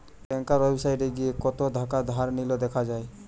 ব্যাংকার ওয়েবসাইটে গিয়ে কত থাকা ধার নিলো দেখা যায়